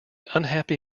unhappy